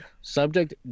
Subject